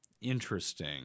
Interesting